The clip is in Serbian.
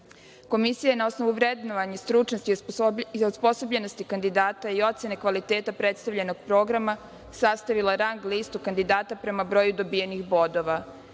zločine. Komisija je na osnovu vrednovanja stručnosti i osposobljenosti kandidata i ocene kvaliteta predstavljenog programa sastavila rang listu kandidata prema broju dobijenih bodova.